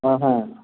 हां हां